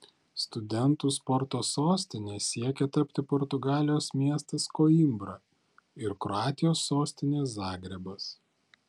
studentų sporto sostine siekia tapti portugalijos miestas koimbra ir kroatijos sostinė zagrebas